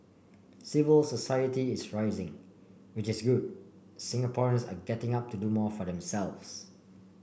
civil society is rising which is good Singaporeans are getting up to do more for themselves